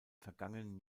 vergangenen